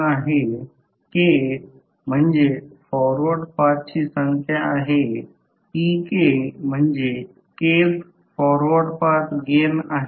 तर ∅ 1 1 ∅ 12 हे कॉइल 1 ला जोडते आणि ∅ 1 2 फक्त कॉइल 2 ला जोडते